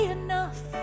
enough